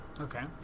Okay